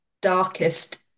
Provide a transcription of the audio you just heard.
darkest